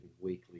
weekly